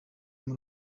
kuri